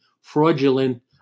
fraudulent